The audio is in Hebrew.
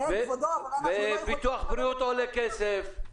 ביטוח בריאות עולה כסף.